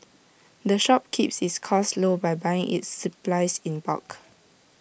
the shop keeps its costs low by buying its supplies in bulk